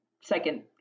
second